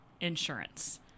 insurance